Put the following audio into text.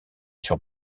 sur